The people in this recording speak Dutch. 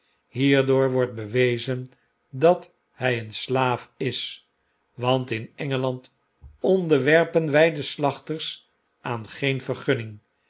hierdoor wordt bewezen dat hy een slaaf is want in engeland onderwerpen wg de slachters aan geen vergunning